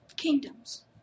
Kingdoms